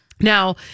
Now